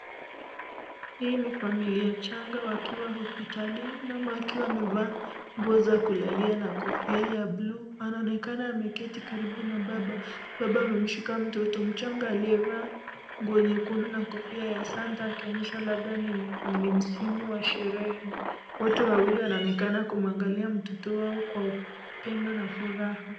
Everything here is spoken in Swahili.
Hii ni familia changa wakiwa hospitalini. Mama akiwa amevalaa nguo za kulalia na kofia ya buluu. Anaonekana ameketi karibu na baba. Baba amemshika mtoto mchanga aliyevaa nguo nyekundu na kofia ya Santa akionyesha labda ni msimu wa sherehe. Wote wawili wanaonekana kumwangalia mtoto wao kwa upendo na furaha.